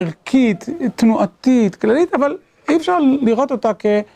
ערכית, תנועתית, כללית, אבל אי אפשר לראות אותה כ...